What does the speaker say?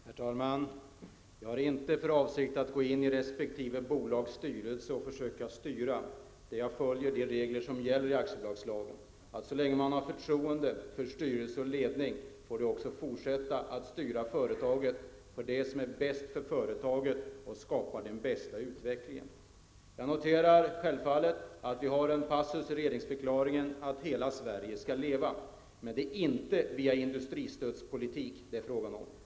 Herr talman! Jag har inte för avsikt att gå in i resp. bolags styrelse och försöka styra. Jag följer de regler som gäller i aktiebolagslagen. Så länge man har förtroende för styrelse och ledning får de också fortsätta att styra företaget på det sätt som är bäst för företaget och skapar den bästa utvecklingen. Jag noterar självfallet att vi har en passus i regeringsförklaringen om att hela Sverige skall leva. Men det är inte via industristödspolitik som det skall ske.